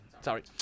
Sorry